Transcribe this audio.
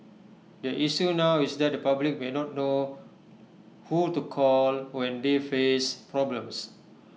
the issue now is that the public may not know who to call when they face problems